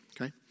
Okay